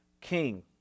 King